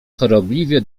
chorobliwie